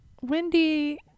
Wendy